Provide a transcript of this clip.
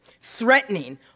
threatening